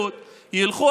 הכנסת,